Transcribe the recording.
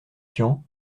tian